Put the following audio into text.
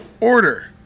Order